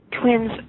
twins